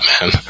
man